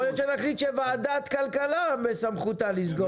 יכול להיות שנחליט שבסמכותה של ועדת הכלכלה לסגור סניפים.